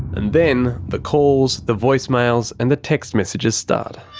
and then the calls, the voicemails and the text messages start.